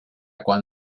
quan